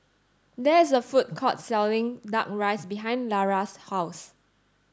there is a food court selling duck rice behind Lara's house